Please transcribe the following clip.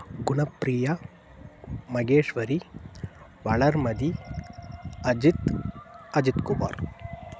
Gunapriya Maheshwari Valarmathi Ajith Ajithkumar